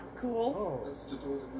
cool